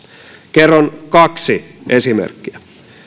kerron kaksi esimerkkiä